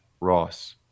Ross